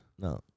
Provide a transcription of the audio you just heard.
no